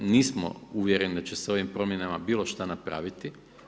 Nismo uvjereni da će sa ovim promjenama bilo šta napraviti.